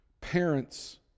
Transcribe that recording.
parents